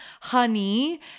Honey